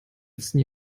letzten